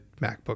MacBook